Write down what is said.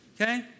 Okay